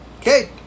Okay